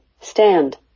Stand